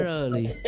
early